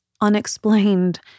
unexplained